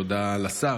שהודה לשר,